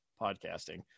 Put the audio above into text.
podcasting